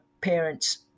parents